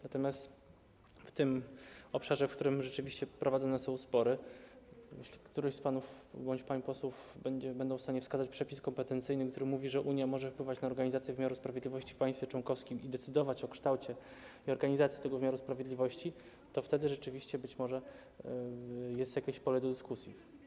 Natomiast w tym obszarze, w którym rzeczywiście prowadzone są spory, jeśli ktoś z panów bądź pań posłów będzie w stanie wskazać przepis kompetencyjny, który mówi, że Unia może wpływać na organizację wymiaru sprawiedliwości w państwie członkowskim i decydować o kształcie i organizacji tego wymiaru sprawiedliwości, to wtedy rzeczywiście być może jest jakieś pole do dyskusji.